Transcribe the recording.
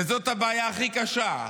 וזאת הבעיה הכי קשה.